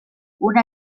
una